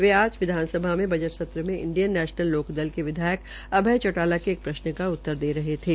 वे आज यहां विधानसभा में बजट सत्र में इंडियन नेशनल लोक दल के विधायक अभय चौटाला के एक प्रश्न का उत्तर दे रहे थे